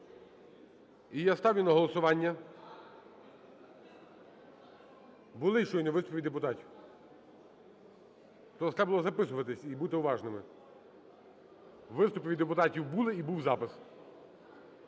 І я ставлю на голосування… (Шум у залі) Були щойно виступи депутатів. Просто треба було записуватись і бути уважними. Виступи від депутатів були і був запис.